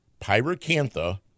pyracantha